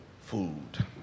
food